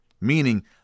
meaning